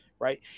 Right